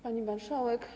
Pani Marszałek!